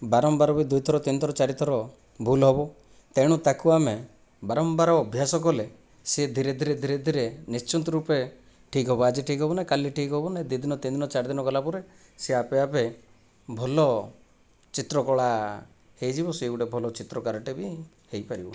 ବାରମ୍ବାର ବି ଦୁଇଥର ତିନିଥର ଚାରିଥର ଭୁଲ ହେବ ତେଣୁ ତାକୁ ଆମେ ବାରମ୍ବାର ଅଭ୍ୟାସ କଲେ ସେ ଧିରେ ଧିରେ ଧିରେ ଧୀରେ ନିଶ୍ଚିତ ରୂପେ ଠିକ୍ ହେବ ଆଜି ଠିକ୍ ହେବ ନା କାଲି ଠିକ୍ ହେବ ନା ଦୁଇ ଦିନ ତିନିଦିନ ଚାରିଦିନ ଗଲାପରେ ସେ ଆପେ ଆପେ ଭଲ ଚିତ୍ରକଳା ହୋଇଯିବ ସେ ଗୋଟିଏ ଭଲ ଚିତ୍ରକାରଟେ ବି ହୋଇପାରିବ